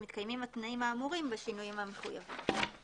מתקיימים התנאים האמורים בשינויים המחויבים.